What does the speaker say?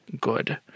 good